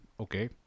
Okay